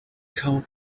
count